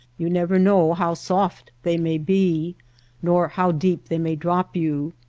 you never know how soft they may be nor how deep they may drop you.